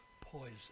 poison